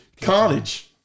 Carnage